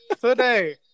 today